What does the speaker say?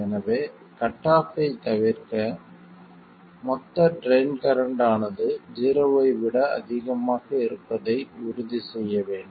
எனவே cut off ஐ தவிர்க்க மொத்த ட்ரைன் கரண்ட் ஆனது ஜீரோவை விட அதிகமாக இருப்பதை உறுதி செய்ய வேண்டும்